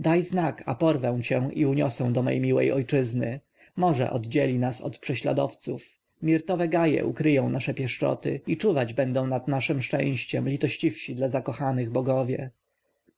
daj znak a porwę cię i uniosę do mojej miłej ojczyzny morze oddzieli nas od prześladowców mirtowe gaje ukryją nasze pieszczoty i czuwać będą nad naszem szczęściem litościwsi dla zakochanych bogowie